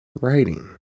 writing